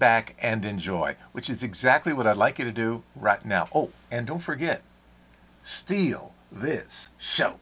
back and enjoy which is exactly what i'd like you to do right now and don't forget steal this show